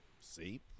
See